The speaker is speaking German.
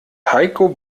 heiko